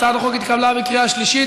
הצעת החוק התקבלה בקריאה שלישית,